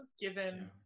given